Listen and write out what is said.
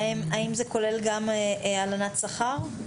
האם זה כולל גם הלנת שכר?